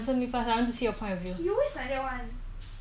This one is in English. why I ask you why you why me I